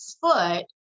foot